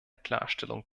klarstellung